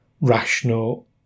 rational